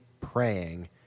praying